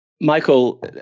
Michael